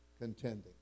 contending